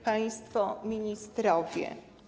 Państwo Ministrowie!